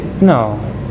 No